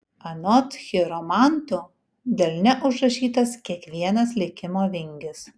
anot chiromantų delne užrašytas kiekvienas likimo vingis